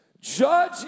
Judge